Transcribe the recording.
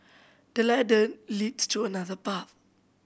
the ladder leads to another path